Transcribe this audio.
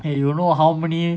and you will know how many